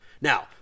Now